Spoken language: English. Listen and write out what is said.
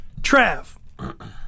trav